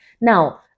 now